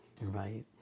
Right